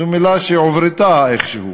זו מילה שעוברתה איכשהו.